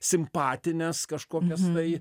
simpatines kažkokias tai